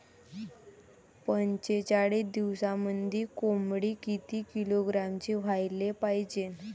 पंचेचाळीस दिवसामंदी कोंबडी किती किलोग्रॅमची व्हायले पाहीजे?